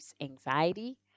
anxiety